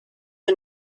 and